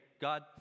God